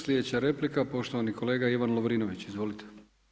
Sljedeća replika poštovani kolega Ivan Lovrinović, izvolite.